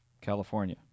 California